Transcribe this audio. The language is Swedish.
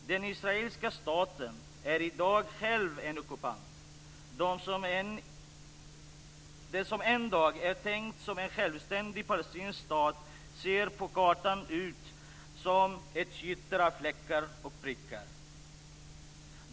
Den israeliska staten är i dag själv en ockupant. Det som en dag är tänkt som en självständig palestinsk stat ser på kartan ut som ett gytter av fläckar och prickar.